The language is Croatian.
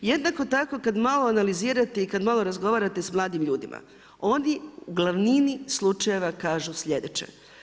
Jednako tako kad malo analizirate i kad malo razgovarate sa mladim ljudima oni u glavnini slučajeva kažu sljedeće.